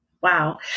Wow